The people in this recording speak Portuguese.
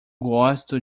gosto